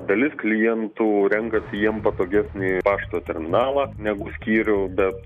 dalis klientų renkasi jiem patogesnį pašto terminalą negu skyrių bet